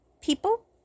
people